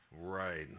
Right